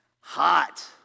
Hot